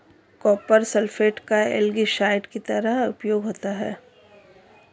copper sulphate का algaecide की तरह उपयोग होता है